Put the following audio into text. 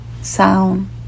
sound